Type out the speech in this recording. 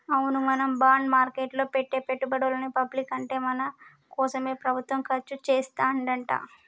అవును మనం బాండ్ మార్కెట్లో పెట్టే పెట్టుబడులని పబ్లిక్ అంటే మన కోసమే ప్రభుత్వం ఖర్చు చేస్తాడంట